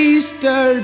Easter